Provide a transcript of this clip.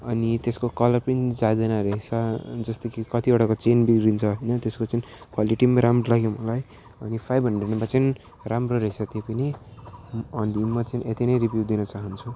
अनि त्यसको कलर पनि जाँदैन रहेछ जस्तो कि कतिवटाको चेन बिग्रिन्छ होइन त्यसको चेन क्वालिटी पनि राम्रो लाग्यो मलाई अनि फाइभ हन्ड्रेडमा चाहिँ राम्रो रहेछ त्यो पनि अनि म चाहिँ यति नै रिभ्यू दिन चाहन्छु